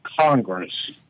Congress